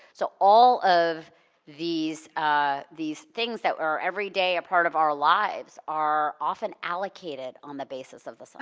so all of these ah these things that were everyday a part of our lives are often allocated on the basis of the so